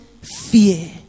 fear